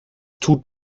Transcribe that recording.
tut